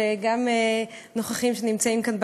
וגם נוכחים שנמצאים כאן בקהל,